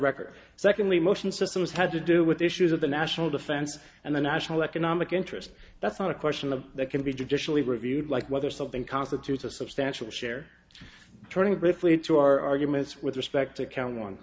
record secondly motion systems had to do with issues of the national defense and the national economic interest that's not a question of that can be judicially reviewed like whether something constitutes a substantial share turning briefly to our arguments with respect to count on